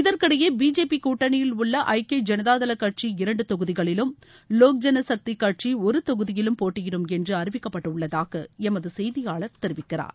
இதற்கிடையேபிஜேபிகூட்டணியில் உள்ளஐக்கிய ஜனதளகட்சி இரண்டுதொகுதிகளிலும் வோக் ஜன சக்திகட்சிஒருதொகுதியிலும் போட்டியிடும் என்றுஅறிவிக்கப்பட்டுள்ளதாகஎமதுசெய்தியாளர் தெரிவிக்கிறார்